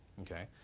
okay